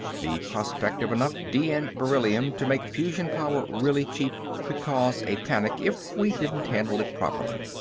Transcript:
the prospect of enough d n beryllium to make fusion power really cheap could cause a panic if we didn't handle it properly.